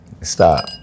Stop